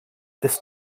this